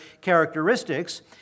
characteristics